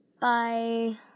Bye